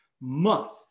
month